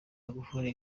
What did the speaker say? magufuri